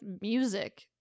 music